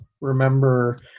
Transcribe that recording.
remember